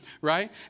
right